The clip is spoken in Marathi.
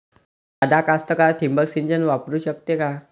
सादा कास्तकार ठिंबक सिंचन वापरू शकते का?